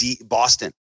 Boston